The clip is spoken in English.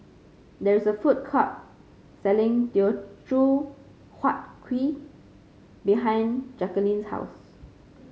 there is a food court selling Teochew Huat Kuih behind Jacquelin's house